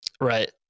Right